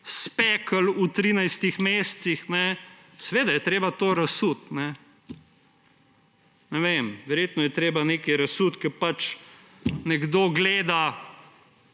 spekli v 13 mesecih, seveda je treba to razsuti. Ne vem, verjetno je treba nekaj razsuti, ker pač nekdo gleda